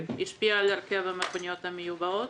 השפיעה על הרכב המכוניות המיובאות,